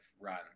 run